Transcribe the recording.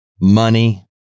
money